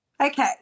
Okay